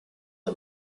her